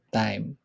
time